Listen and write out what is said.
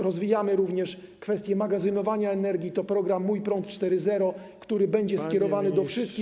Rozwijamy również kwestie magazynowania energii, to program „Mój prąd 4.0”, który będzie skierowany do wszystkich.